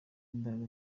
imbaraga